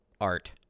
art